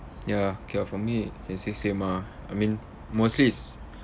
ya okay ah for me I can say same ah I mean mostly it's